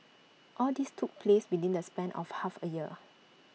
all this took place within the span of half A year